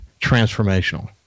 transformational